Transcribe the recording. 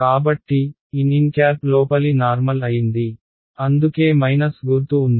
కాబట్టి nn లోపలి normal అయింది అందుకే మైనస్ గుర్తు ఉంది